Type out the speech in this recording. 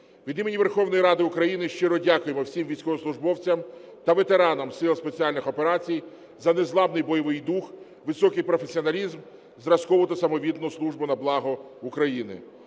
Від імені Верховної Ради України щиро дякуємо всім військовослужбовцям та ветеранам Сил спеціальних операцій за незламний бойовий дух, високий професіоналізм, зразкову та самовіддану службу на благо України.